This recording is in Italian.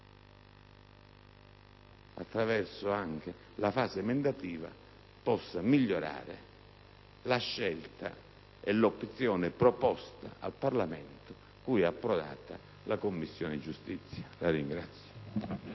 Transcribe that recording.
attraverso la fase emendativa, possa migliorare la scelta e l'opzione proposta al Parlamento cui è approdata la Commissione giustizia. *(Applausi